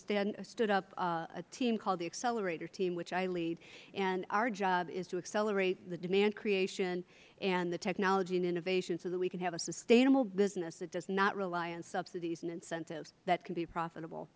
have stood up a team called the accelerator team which i lead and our job is to accelerate the demand creation and the technology and innovation so that we can have a sustainable business that does not rely on subsidies and incentives that can be profitable